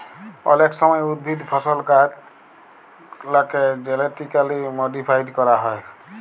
অলেক সময় উদ্ভিদ, ফসল, গাহাচলাকে জেলেটিক্যালি মডিফাইড ক্যরা হয়